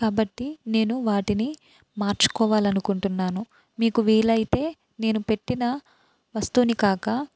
కాబట్టి నేను వాటిని మార్చుకోవాలనుకుంటున్నాను మీకు వీలైతే నేను పెట్టిన వస్తువుని కాక